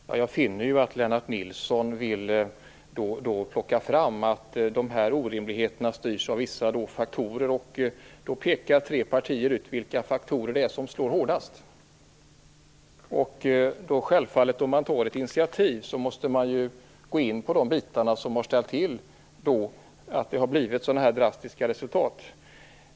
Fru talman! Jag finner att Lennart Nilsson då och då vill ta fram att orimligheterna styrs av vissa faktorer. Tre partier pekar då ut vilka faktorer som slår hårdast. När ett initiativ tas måste man se över de delar som har lett till så drastiska resultat.